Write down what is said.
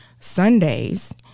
Sundays